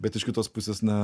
bet iš kitos pusės na